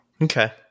Okay